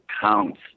counts